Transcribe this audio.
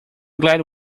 glad